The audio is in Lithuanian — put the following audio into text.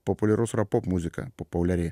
populiarus yra popmuzika populiari